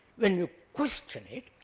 when you question it,